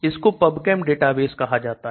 इसको PubChem database कहां जाता है